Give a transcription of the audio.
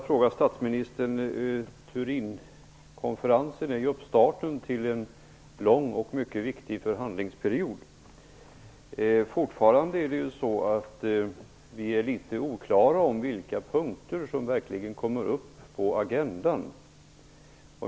Fru talman! Turinkonferensen är starten för en lång och mycket viktig förhandlingsperiod. Fortfarande är det ju så att vi är litet oklara om vilka punkter som verkligen kommer upp på agendan.